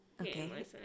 okay